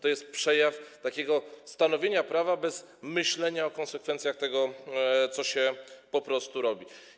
To jest przejaw stanowienia prawa bez myślenia o konsekwencjach tego, co się po prostu robi.